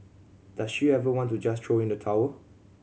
does she ever want to just throw in the towel